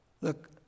Look